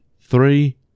three